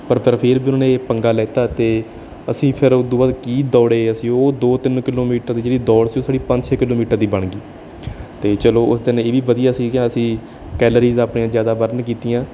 ਪਰ ਤੇਰ ਫੇਰ ਵੀ ਉਨ੍ਹਾਂ ਨੇ ਇਹ ਪੰਗਾ ਲਿੱਤਾ ਅਤੇ ਅਸੀਂ ਫੇਰ ਉਦੋਂ ਬਾਅਦ ਕੀ ਦੌੜੇ ਅਸੀਂ ਉਹ ਦੋ ਤਿੰਨ ਕਿਲੋਮੀਟਰ ਦੀ ਜਿਹੜੀ ਦੌੜ ਸੀ ਉਹ ਸਾਡੀ ਪੰਜ ਛੇ ਕਿਲੋਮੀਟਰ ਦੀ ਬਣਗੀ ਅਤੇ ਚਲੋ ਉਸ ਦਿਨ ਇਹ ਵੀ ਵਧੀਆ ਸੀ ਗਾ ਸੀ ਕੈਲਰੀਸ ਆਪਣੀਆਂ ਜਿਆਦਾ ਬਰਨ ਕੀਤੀਆਂ